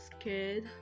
scared